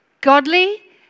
Godly